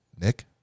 Nick